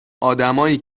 ادمایی